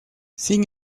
sin